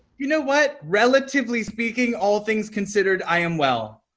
you know what? relatively speaking, all things considered, i am well.